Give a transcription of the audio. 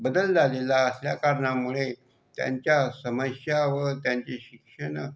बदल झालेला असल्याकारणामुळे त्यांच्या समस्या व त्यांचे शिक्षण